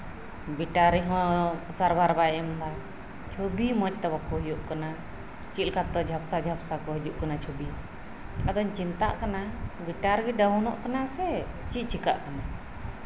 battery ᱦᱚᱸ ᱥᱟᱨᱵᱷᱟᱨ ᱵᱟᱭ ᱮᱢᱫᱟ ᱪᱷᱚᱵᱤ ᱢᱚᱸᱡ ᱛᱮ ᱵᱟᱠᱚ ᱦᱤᱡᱩᱜ ᱠᱟᱱᱟ ᱪᱮᱫᱞᱮᱠᱟ ᱪᱚ ᱡᱷᱟᱯᱥᱟᱼᱡᱷᱟᱯᱥᱟ ᱠᱚ ᱦᱤᱡᱩᱜ ᱠᱟᱱᱟ ᱪᱷᱚᱵᱤ ᱟᱫᱚᱧ ᱪᱤᱱᱛᱟᱜ ᱠᱟᱱᱟ ᱵᱮᱴᱟᱨᱤ ᱜᱮ ᱰᱟᱣᱩᱱᱚᱜ ᱠᱟᱱᱟ ᱥᱮ ᱪᱮᱫ ᱪᱮᱠᱟᱜ ᱠᱟᱱᱟ